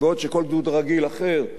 בעוד שכל גדוד רגיל אחר,